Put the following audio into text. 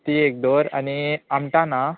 ती एक डोर आनी आमटाना आहा